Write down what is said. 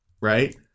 right